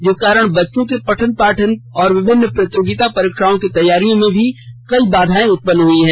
जिस कारण बच्चों के पठन पाठन और विभिन्न प्रतियोगी परीक्षाओं की तैयारियों में भी कई बाधा उत्पन्न हुई है